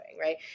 right